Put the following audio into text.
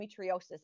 endometriosis